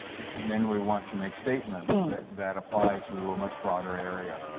and then we want to make statements that apply to a much broader area.